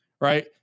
right